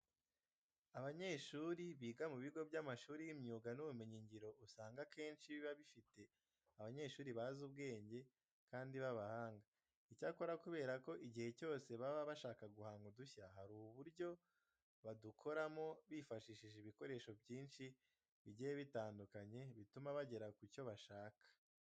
Abanyeshuri biga mu bigo by'amashuri y'imyuga n'ubumenyingiro, usanga akenshi biba bifite abanyeshuri bazi ubwenge kandi b'abahanga. Icyakora kubera ko igihe cyose baba bashaka guhanga udushya hari uburyo badukoramo bifashishije ibikoresho byinshi bigiye bitandukanye bituma bagera ku cyo bashaka.